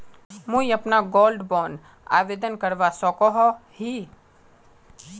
मुई अपना gold bond आवेदन करवा सकोहो ही?